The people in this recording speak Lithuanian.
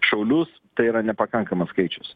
šaulius tai yra nepakankamas skaičius